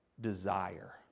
desire